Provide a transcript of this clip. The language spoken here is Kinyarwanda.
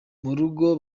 murugo